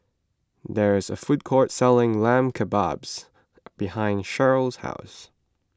there is a food court selling Lamb Kebabs behind Sherrill's house